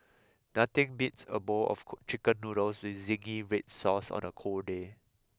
nothing beats a bowl of Chicken Noodles with zingy red sauce on a cold day